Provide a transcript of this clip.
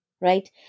right